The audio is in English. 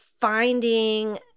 finding